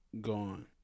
Gone